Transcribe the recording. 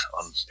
on